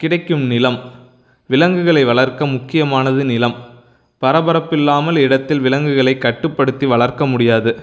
கிடைக்கும் நிலம் விலங்குகளை வளர்க்க முக்கியமானது நிலம் பரபரப்பு இல்லாமல் இடத்தில் விலங்குகளை கட்டுப்படுத்தி வளர்க்க முடியாது